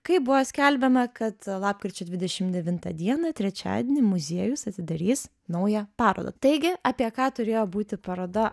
kaip buvo skelbiama kad lapkričio dvidešim devintą dieną trečiadienį muziejus atidarys naują parodą taigi apie ką turėjo būti paroda